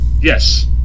Yes